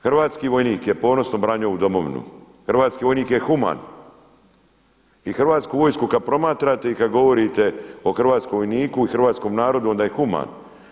Hrvatski vojnik je ponosno branio ovu domovinu, hrvatski vojnik je human, i hrvatsku vojsku kad promatrate i kad govorite o hrvatskom vojniku i hrvatskom narodu onda je human.